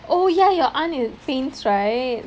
oh ya your aunt paints right